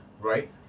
right